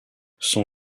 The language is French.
son